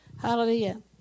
Hallelujah